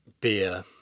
beer